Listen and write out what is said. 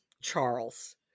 Charles